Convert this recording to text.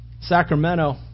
Sacramento